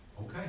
Okay